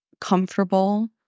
comfortable